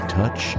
touch